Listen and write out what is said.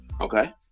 Okay